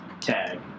tag